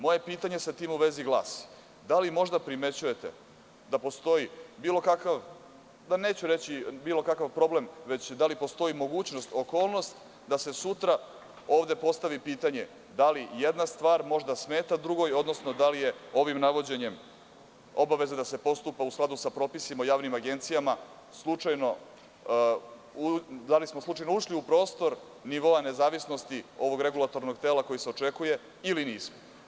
Moje pitanje u vezi sa tim glasi – da li možda primećujete da postoji bilo kakav, neću reći, problem, već da li postoji mogućnost, okolnost da se sutra ovde postavi pitanje da li jedna stvar smeta drugoj, odnosno da li je ovim navođenjem obavezno da se postupa u skladu sa propisima o javnim agencijama, da li smo slučajno ušli u prostor nivoa nezavisnosti ovog regulatornog tela, koji se očekuje, ili nismo?